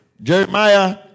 Jeremiah